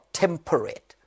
temperate